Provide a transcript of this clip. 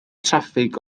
traffig